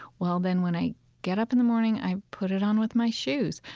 well, then, when i get up in the morning, i put it on with my shoes.